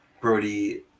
Brody